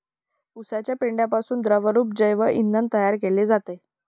उसाच्या पेंढ्यापासून द्रवरूप जैव इंधन तयार केले जाते